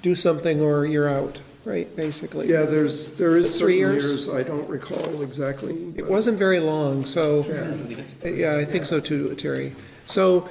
do something or you're out right basically yeah there's there is three years i don't recall exactly it wasn't very long so because they think so too terry so